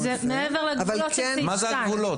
שזה מעבר לגבולות של סעיף 2. מה זה הגבולות?